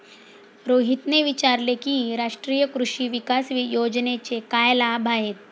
रोहितने विचारले की राष्ट्रीय कृषी विकास योजनेचे काय लाभ आहेत?